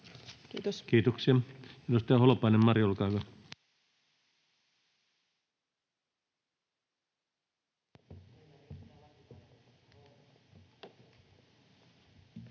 Content: Kiitoksia. — Edustaja Holopainen, Mari, olkaa hyvä. [Speech